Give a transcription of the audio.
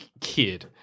Kid